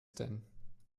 denn